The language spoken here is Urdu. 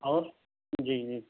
اور جی جی